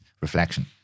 reflection